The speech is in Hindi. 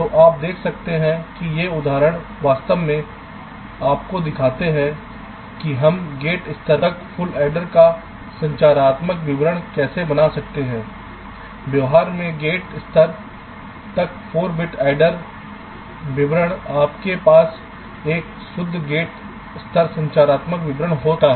तो आप देख सकते हैं कि ये उदाहरण वास्तव में आपको दिखाते हैं कि हम गेट स्तर तक फुल एडेर का संरचनात्मक विवरण कैसे बना सकते हैं व्यवहार से गेट स्तर तक 4 बिट एडेर विवरण आपके पास एक शुद्ध गेट स्तर संरचनात्मक विवरण हो सकता है